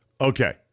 Okay